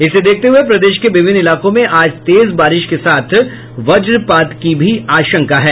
इसे देखते हुये प्रदेश के विभिन्न इलाकों में आज तेज बारिश के साथ वजपात की भी आशंका है